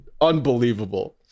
unbelievable